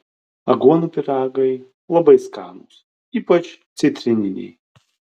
aguonų pyragai labai skanūs ypač citrininiai